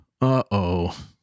Uh-oh